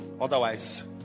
Otherwise